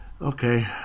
Okay